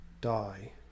die